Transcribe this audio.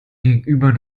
gegenüber